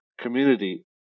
Community